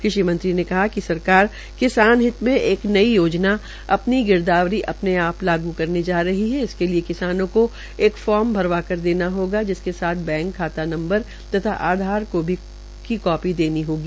कृषि मंत्री ने कहा कि सरकार किसानहित में एक नई योजना अपनी गिरदावरी अपने आप लागू करने जा रही है इसके लिए किसानों को एक फार्म भरवा कर देना होगा जिसके साथ बैंक खाता नंबर और आधार कार्ड की कापी देनी होगी